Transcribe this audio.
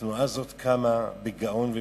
התנועה הזאת קמה בגאון ובעוז,